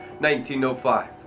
1905